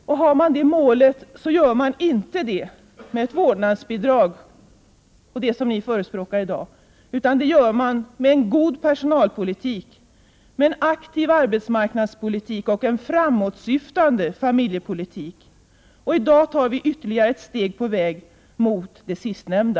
Det målet når man inte med ett vårdnadsbidrag och de förslag som ni förespråkar i dag, utan det gör man med en god personalpolitik, med en aktiv arbetsmarknadspolitik och en framåtsyftande familjepolitik. I dag tar vi ytterligare ett steg på väg mot det sistnämnda.